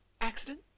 accident